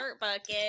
bucket